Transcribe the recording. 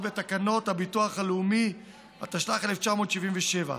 בתקנות הביטוח הלאומי (תגמולים למשרתים במילואים),